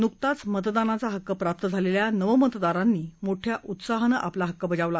नुकताच मतदानाचा हक्क प्राप्त झालेल्या नवमतदारांनी मोठ्या उत्साहानं आपला हक्क बजावला